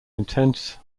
intense